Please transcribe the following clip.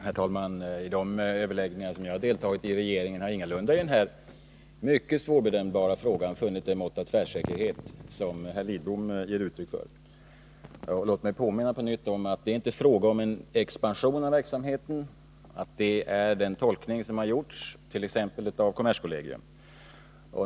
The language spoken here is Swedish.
Herr talman! I de regeringsöverläggningar som jag har deltagit i beträffande denna mycket svårbedömbara fråga har jag ingalunda funnit det mått av tvärsäkerhet som herr Lidbom visar. Låt mig på nytt påminna om att det inte är fråga om en expansion av verksamheten. Denna tolkning har gjorts av bl.a. kommerskollegium.